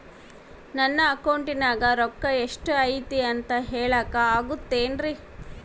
ನನ್ನ ಅಕೌಂಟಿನ್ಯಾಗ ರೊಕ್ಕ ಎಷ್ಟು ಐತಿ ಅಂತ ಹೇಳಕ ಆಗುತ್ತೆನ್ರಿ?